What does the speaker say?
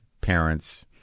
parents